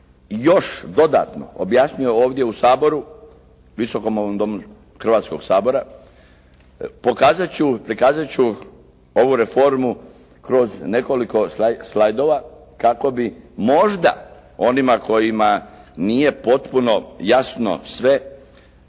još dodatno objasnio ovdje u Saboru, Visokom ovom domu, Hrvatskoga sabora, pokazati ću, prikazati ću ovu reformu kroz nekoliko slajdova kako bi možda onima kojima nije potpuno jasno sve,